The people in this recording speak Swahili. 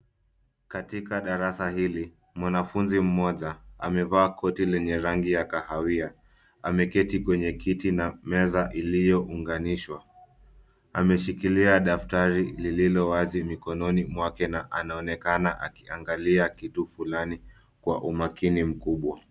Katika darasa hili mwanafunzi mmoja amevaa koti lenye rangi ya kahawia. Ameketi kwenye kiti na meza iliyounganishwa. Ameshikilia daftari lililo wazi mikononi mwake na anaonekana akiangalia kitu fulani kwa umakini mkubwa.